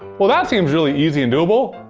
well, that seem really easy and doable.